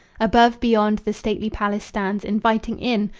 above, beyond, the stately palace stands, inviting in,